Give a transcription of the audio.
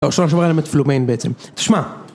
לראשונה שוב ראיתם את פלומיין בעצם, תשמע